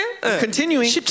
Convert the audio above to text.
Continuing